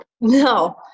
no